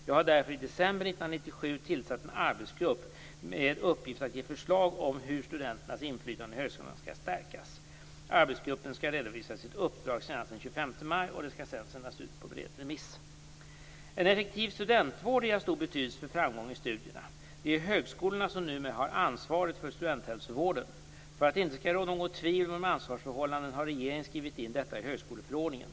Jag har därför i december 1997 tillsatt en arbetsgrupp med uppgift att ge förslag om hur studenternas inflytande i högskolan skall stärkas. Arbetsgruppen skall redovisa sitt uppdrag senast den 25 maj, och det skall sedan sändas ut på bred remiss. En effektiv studentvård är av stor betydelse för framgång i studierna. Det är högskolorna som numera har ansvaret för studenthälsovården. För att det inte skall råda något tvivel om ansvarsförhållandena har regeringen skrivit in detta i högskoleförordningen.